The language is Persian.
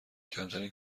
کمترین